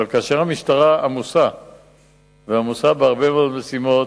אבל כאשר המשטרה עמוסה בהרבה מאוד משימות,